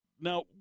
now